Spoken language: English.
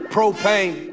Propane